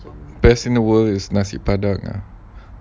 di singapura is nasi padang ah